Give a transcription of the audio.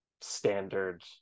standard